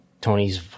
Tony's